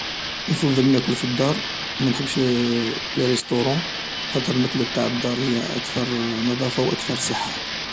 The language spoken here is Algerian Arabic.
نفضل ناكل في الدار منحبش لي ريسطورون خاطر الماكلة تاع الدار هي أكثر نظافة و أكثر صحة.